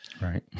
Right